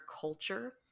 culture